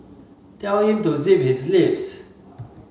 tell him to zip his lips